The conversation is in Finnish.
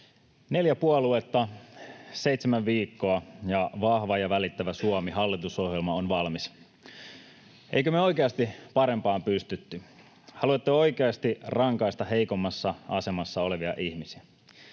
Neljä puoluetta, seitsemän viikkoa, ja Vahva ja välittävä Suomi ‑hallitusohjelma on valmis. Eikö me oikeasti parempaan pystytty? Haluatteko oikeasti rankaista heikoimmassa asemassa olevia ihmisiä?